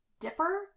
Dipper